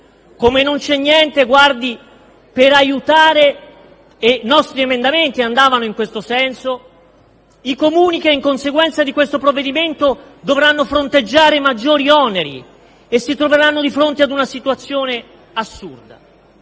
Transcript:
Come non c'è niente per aiutare i Comuni - e i nostri emendamenti andavano in questo senso - che in conseguenza di questo provvedimento dovranno fronteggiare maggiori oneri e si troveranno di fronte ad una situazione assurda.